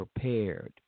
prepared